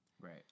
Right